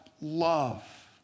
love